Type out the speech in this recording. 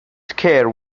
care